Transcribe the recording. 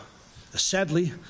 Sadly